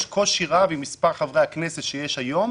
יש קושי רב עם מספר חברי הכנסת שיש היום